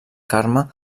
carme